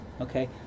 Okay